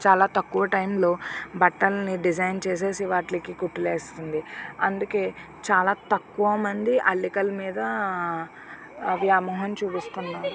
చాలా తక్కువ టైంలో బట్టలని డిజైన్ చేసి వాటికి కుట్లు వేస్తుంది అందుకే చాలా తక్కువ మంది అల్లికల మీద వ్యామోహం చూపిస్తున్నారు